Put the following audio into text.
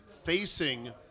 facing